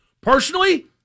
Personally